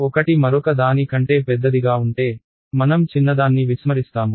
ఒకటి మరొక దాని కంటే పెద్దదిగా ఉంటే మనం చిన్నదాన్ని విస్మరిస్తాము